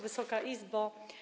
Wysoka Izbo!